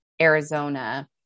Arizona